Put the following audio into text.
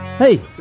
Hey